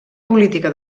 política